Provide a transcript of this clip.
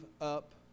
up